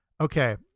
okay